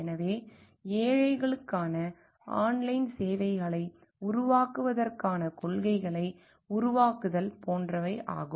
எனவே ஏழைகளுக்கான ஆன்லைன் சேவைகளை உருவாக்குவதற்கான கொள்கைகளை உருவாக்குதல் போன்றவை ஆகும்